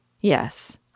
Yes